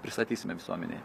pristatysime visuomenei